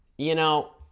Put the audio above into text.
you know